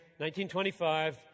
1925